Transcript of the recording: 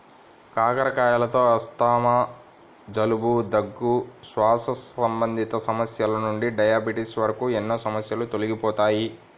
కాకరకాయలతో ఆస్తమా, జలుబు, దగ్గు, శ్వాస సంబంధిత సమస్యల నుండి డయాబెటిస్ వరకు ఎన్నో సమస్యలు తొలగిపోతాయి